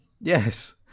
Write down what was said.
Yes